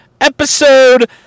episode